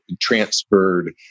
transferred